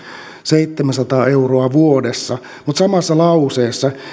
seitsemänsataa euroa vuodessa mutta samassa lauseessa